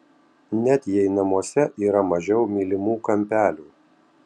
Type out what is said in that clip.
net jei namuose yra mažiau mylimų kampelių